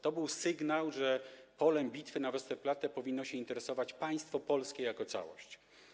To był sygnał, że polem bitwy na Westerplatte powinno się interesować państwo polskie jako całość.